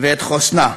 ואת חוסנה.